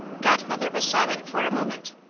godmother was silent for a moment.